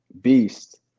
Beast